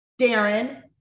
Darren